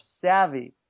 savvy